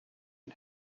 and